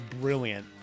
brilliant